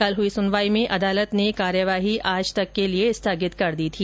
कल हुई सुनवाई में अदालत ने कार्यवाही आज तक के लिए स्थगित कर दी थी